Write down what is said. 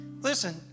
Listen